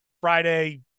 Friday